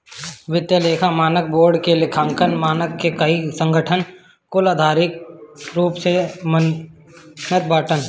वित्तीय लेखा मानक बोर्ड के लेखांकन मानक के कई संगठन कुल आधिकारिक रूप से मानत बाटन